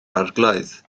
arglwydd